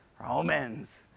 Romans